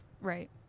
Right